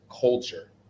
culture